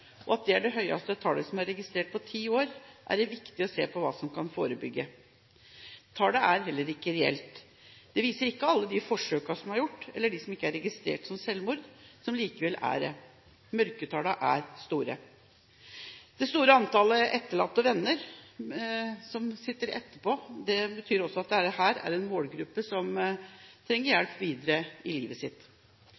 og at dette er det høyeste tallet som er registrert på ti år, er det viktig å se på hva som kan forebygge dette. Tallet er heller ikke reelt. Det viser ikke alle de selvmordsforsøkene som er gjort, eller de som ikke blir registrert som selvmord, men som likevel er det. Mørketallene er store. Det er et stort antall etterlatte og venner som sitter igjen etterpå. Det betyr at dette også er en målgruppe som trenger